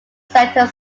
centre